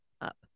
up